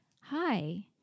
hi